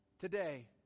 today